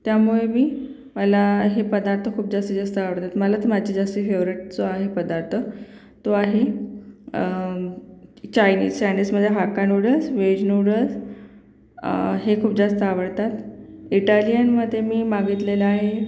त्यामुळे मी मला हे पदार्थ खूप जास्तीत जास्त आवडतात मला तर माझी जास्त फेवरेट जो आहे पदार्थ तो आहे चायनीस चायनीसमध्ये हाक्का नूडल्स वेज नूडल्स हे खूप जास्त आवडतात इटालियनमध्ये मी मागितलेलं आहे